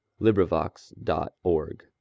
librivox.org